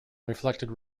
reflected